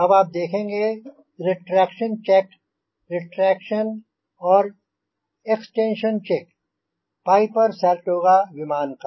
अब आप देखेंगे रेट्रैक्शन चेक रेट्रैक्शन और इक्स्टेन्शन चेक पाइपर सैरटोगा विमान का